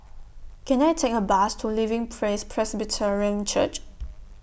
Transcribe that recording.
Can I Take A Bus to Living Praise Presbyterian Church